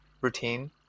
routine